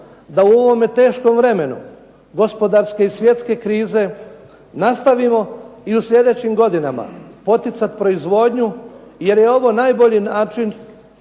da u ovom teškom vremenu gospodarske svjetske krize nastavimo i u sljedećim godinama poticati proizvodnju, jer je ovo najbolji način